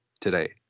today